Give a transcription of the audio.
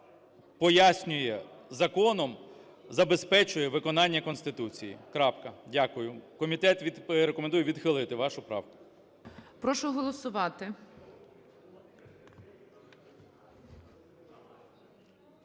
пояснює законом, забезпечує виконання Конституції. Крапка. Дякую. Комітет рекомендує відхилити вашу правку. ГОЛОВУЮЧИЙ. Прошу голосувати.